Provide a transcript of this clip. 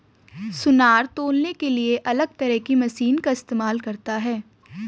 सुनार तौलने के लिए अलग तरह की मशीन का इस्तेमाल करता है